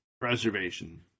preservation